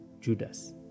Judas